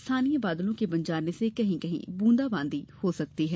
स्थानीय बादलों के बन जाने से कहीं कहीं बूंदाबांदी हो सकती है